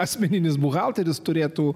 asmeninis buhalteris turėtų